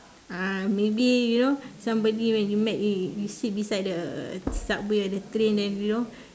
uh maybe you know somebody when you met you sit beside the subway or the train then you know